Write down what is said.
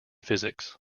physics